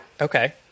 Okay